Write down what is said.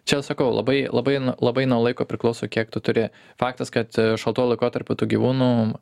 čia sakau labai labai labai nuo laiko priklauso kiek tu turi faktas kad šaltuoju laikotarpiu tų gyvūnų